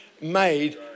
made